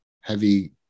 heavy